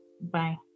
bye